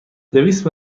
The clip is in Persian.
دویست